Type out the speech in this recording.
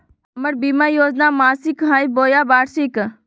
हमर बीमा योजना मासिक हई बोया वार्षिक?